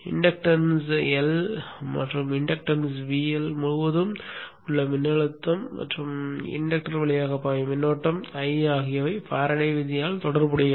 inductance L மற்றும் inductance VL முழுவதும் உள்ள மின்னழுத்தம் மற்றும் இண்டக்டர் வழியாக பாயும் மின்னோட்டம் I ஆகியவை ஃபாரடே விதியால் தொடர்புடையவை